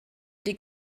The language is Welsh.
ydy